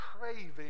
craving